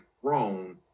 thrown